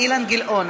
אילן גילאון.